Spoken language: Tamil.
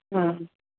ம்